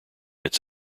its